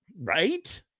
Right